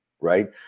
right